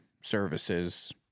services